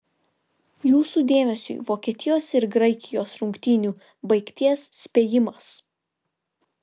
jūsų dėmesiui vokietijos ir graikijos rungtynių baigties spėjimas